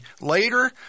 later